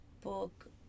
book